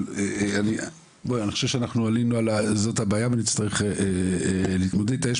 אבל אני חושב שעלינו על זאת הבעיה ונצטרך להתמודד איתה.